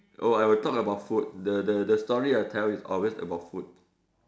oh I will talk about food the the the story I'll tell is always about food